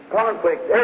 conflict